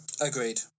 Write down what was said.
Agreed